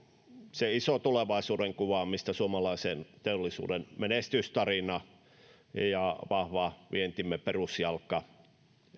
se iso tulevaisuudenkuva mistä suomalaisen teollisuuden menestystarina ja ja vientimme vahva perusjalka